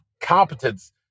competence